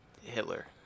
Hitler